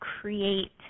create